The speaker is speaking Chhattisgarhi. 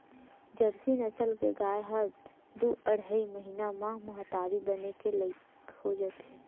जरसी नसल के गाय ह दू अड़हई महिना म महतारी बने के लइक हो जाथे